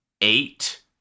eight